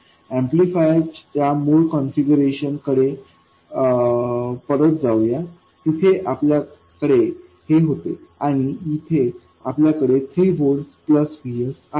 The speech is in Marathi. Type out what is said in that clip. ऍम्प्लिफायर च्या मूळ कॉन्फिगरेशन कडे परत जाऊ या तिथे आपल्याकडे हे होते आणि येथे आपल्याकडे 3 व्होल्ट्स प्लस VS आहे